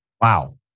Wow